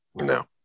No